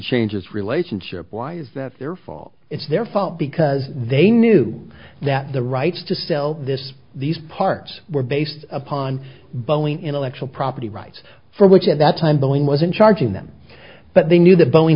change its relationship why is that their fault it's their fault because they knew that the rights to sell this these parts were based upon boeing intellectual property rights for which at that time boeing was in charging them but they knew that b